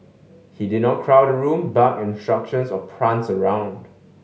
he did not crowd a room bark instructions or prance around